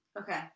Okay